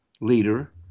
leader